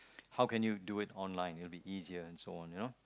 how can you do it online it will be easier and so on you know